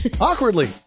awkwardly